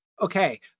okay